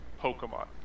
Pokemon